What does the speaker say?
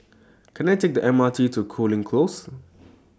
Can I Take The M R T to Cooling Close